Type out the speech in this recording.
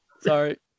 Sorry